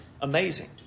amazing